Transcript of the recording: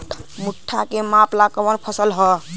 भूट्टा के मापे ला कवन फसल ह?